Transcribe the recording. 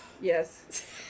Yes